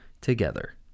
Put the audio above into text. together